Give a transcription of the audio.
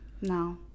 No